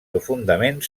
profundament